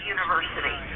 University